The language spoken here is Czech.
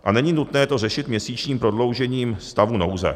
A není nutné to řešit měsíčním prodloužením stavu nouze.